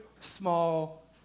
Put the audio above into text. small